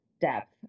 depth